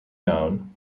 known